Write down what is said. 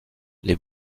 les